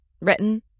Written